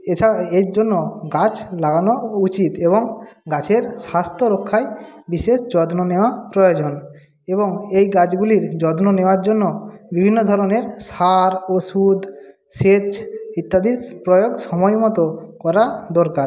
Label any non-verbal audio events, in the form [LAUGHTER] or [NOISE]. এছাড়া এইর জন্য গাছ লাগানো উচিত এবং গাছের স্বাস্থ্যরক্ষায় বিশেষ যত্ন নেওয়া প্রয়োজন এবং এই গাছগুলির যত্ন নেওয়ার জন্য বিভিন্ন ধরণের সার ওষুধ সেচ ইত্যাদি [UNINTELLIGIBLE] প্রয়োগ সময় মতো করা দরকার